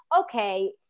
okay